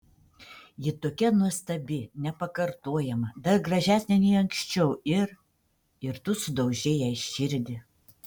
ji tokia nuostabi nepakartojama dar gražesnė nei anksčiau ir ir tu sudaužei jai širdį